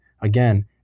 again